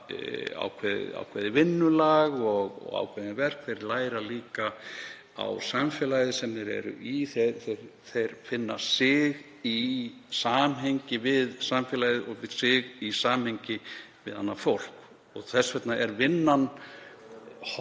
ákveðið vinnulag og ákveðin verk, þeir læra líka á samfélagið sem þeir eru í, þeir finna sig í samhengi við samfélagið og finna sig í samhengi við annað fólk. Þess vegna er vinnan holl